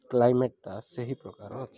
କ୍ଲାଇମେଟ୍ଟା ସେହି ପ୍ରକାର ଅଛି